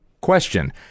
Question